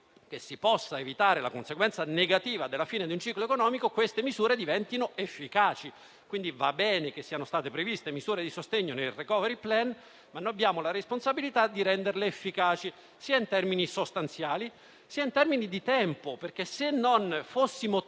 che si possa evitare la conseguenza negativa della fine di un ciclo economico queste misure diventino efficaci, quindi va bene che siano state previste misure di sostegno nel *recovery plan*, ma abbiamo la responsabilità di renderle efficaci sia in termini sostanziali, sia in termini di tempo, perché se non fossimo